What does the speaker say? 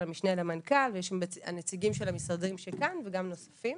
של המשנה למנכ"ל והנציגים של המשרדים שכאן וגם נוספים,